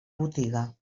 botiga